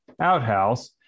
outhouse